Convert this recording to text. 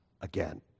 again